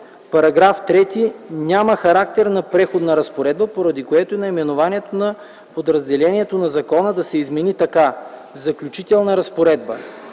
Параграф 3 няма характер на преходна разпоредба, поради което наименованието на подразделението на закона да се измени така: „Заключителна разпоредба”.